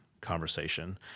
conversation